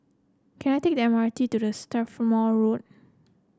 can I take the M R T to the Strathmore Road